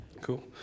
Cool